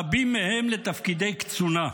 רבים מהם לתפקידי קצונה.